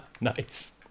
nice